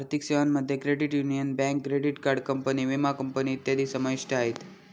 आर्थिक सेवांमध्ये credit union, bank, credit card company, विमा कंपनी इत्यादी समाविष्ट आहे